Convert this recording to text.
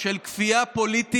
של כפייה פוליטית